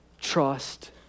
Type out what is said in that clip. trust